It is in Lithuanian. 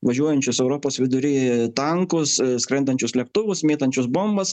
važiuojančius europos vidury tankus skrendančius lėktuvus mėtančius bombas